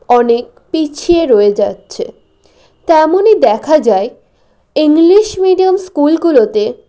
অনেক পিছিয়ে রয়ে যাচ্ছে তেমনই দেখা যায় ইংলিশ মিডিয়াম স্কুলগুলোতে